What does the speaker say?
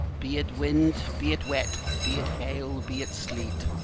be it wind, be it weet, be it hail, be it sleet,